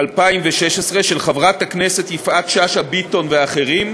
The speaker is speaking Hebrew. של חברת הכנסת יפעת שאשא ביטון ואחרים,